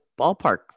ballpark